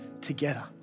together